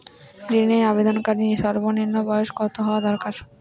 ঋণের আবেদনকারী সর্বনিন্ম বয়স কতো হওয়া দরকার?